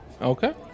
Okay